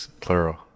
Plural